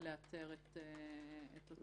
ולאתר את אותו אדם.